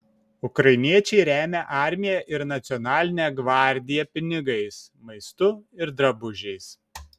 ukrainiečiai remia armiją ir nacionalinę gvardiją pinigais maistu ir drabužiais